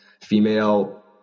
female